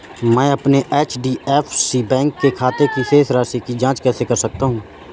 मैं अपने HDFC bank के खाते की शेष राशि की जाँच कैसे कर सकता हूँ?